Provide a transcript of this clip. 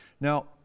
Now